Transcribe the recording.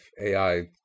AI